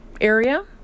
area